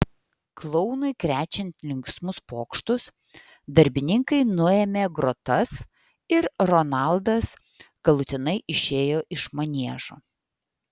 klounui krečiant linksmus pokštus darbininkai nuėmė grotas ir ronaldas galutinai išėjo iš maniežo